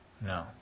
No